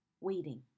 waiting